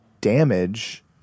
damage